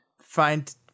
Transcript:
find